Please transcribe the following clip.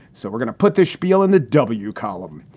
so we're going to put this spiel in the w column.